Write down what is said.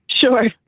Sure